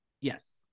Yes